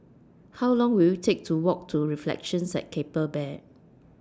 How Long Will IT Take to Walk to Reflections At Keppel Bay